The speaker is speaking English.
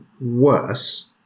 worse